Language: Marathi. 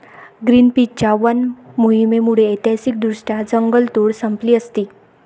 ग्रीनपीसच्या वन मोहिमेमुळे ऐतिहासिकदृष्ट्या जंगलतोड संपली असती